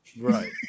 Right